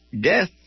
death